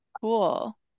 Cool